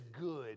good